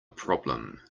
problem